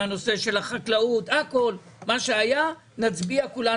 למיצוי יותר נכון של גורמי היצור שלנו